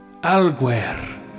Alguer